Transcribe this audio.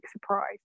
surprise